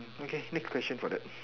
okay next question for that